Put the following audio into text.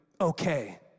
okay